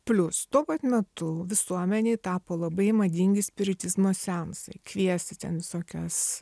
plius tuo pat metu visuomenėj tapo labai madingi spiritizmo seansai kviesti ten visokias